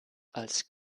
als